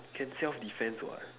can self-defence [what]